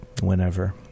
whenever